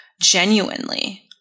genuinely